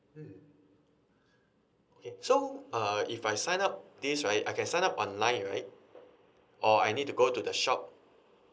mm okay so uh if I sign up this right I can sign up online right or I need to go to the shop